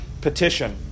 petition